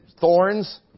thorns